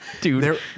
dude